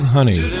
Honey